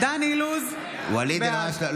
אני מבקש להגביר קצת את הרמקול שלך,